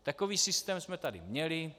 Takový systém jsme tady měli.